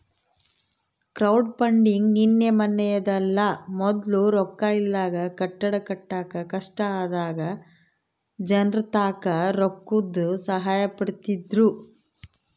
crowdfunding ನಿನ್ನೆ ಮನ್ನೆದಲ್ಲ, ಮೊದ್ಲು ರೊಕ್ಕ ಇಲ್ದಾಗ ಕಟ್ಟಡ ಕಟ್ಟಾಕ ಕಷ್ಟ ಆದಾಗ ಜನರ್ತಾಕ ರೊಕ್ಕುದ್ ಸಹಾಯ ಪಡೀತಿದ್ರು